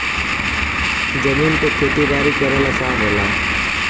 जमीन पे खेती बारी करल आसान होला